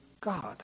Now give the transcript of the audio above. God